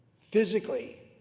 physically